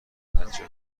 بچه